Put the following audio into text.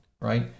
right